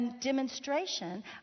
demonstration